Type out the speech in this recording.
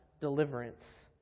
deliverance